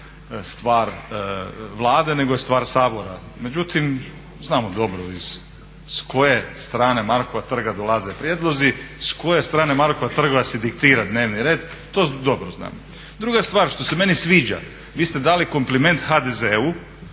stvar Vlade nego je stvar Sabora. Međutim, znamo dobro s koje strane Markova trga dolaze prijedlozi, s koje strane Markova trga se diktira dnevni red, to dobro znamo. Druga stvar što se meni sviđa, vi ste dali kompliment HDZ-u,